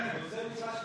הוא נושא משרה שיפוטית.